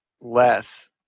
less